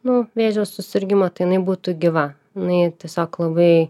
nu vėžio susirgimo tai jinai būtų gyva jinai tiesiog labai